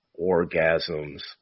orgasms